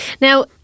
Now